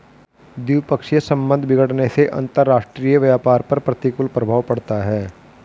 द्विपक्षीय संबंध बिगड़ने से अंतरराष्ट्रीय व्यापार पर प्रतिकूल प्रभाव पड़ता है